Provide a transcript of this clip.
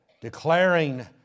declaring